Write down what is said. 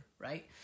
right